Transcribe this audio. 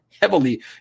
heavily